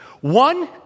One